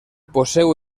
poseu